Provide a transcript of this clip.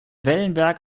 wellenberg